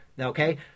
Okay